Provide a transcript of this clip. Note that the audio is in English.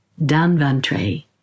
Danvantre